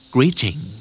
Greeting